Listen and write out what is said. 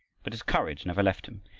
but his courage never left him.